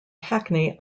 hackney